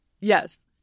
yes